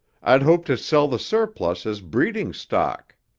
i'd hoped to sell the surplus as breeding stock.